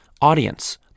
audience